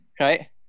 right